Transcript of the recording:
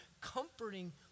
comforting